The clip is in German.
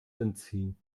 entziehen